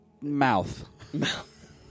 Mouth